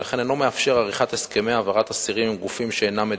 ולכן אינו מאפשר עריכת הסכמי העברת אסירים עם גופים שאינם מדינה.